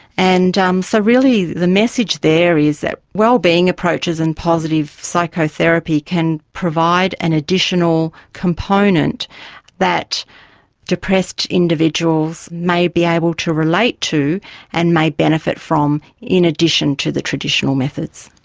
and um so really the message there is that wellbeing approaches and positive psychotherapy can provide an additional component that depressed individuals may be able to relate to and may benefit from in addition to the traditional methods.